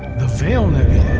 the veil nebula